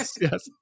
Yes